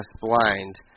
blind